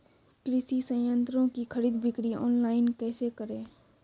कृषि संयंत्रों की खरीद बिक्री ऑनलाइन कैसे करे?